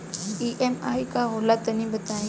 EMI का होला तनि बताई?